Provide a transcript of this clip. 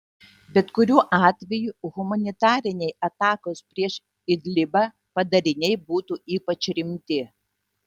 bet kuriuo atveju humanitariniai atakos prieš idlibą padariniai būtų ypač rimti